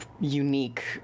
unique